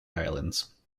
islands